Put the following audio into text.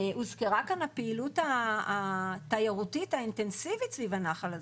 הוזכרה כאן הפעילות התיירותית האינטנסיבית סביב הנחל הזה.